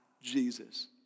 Jesus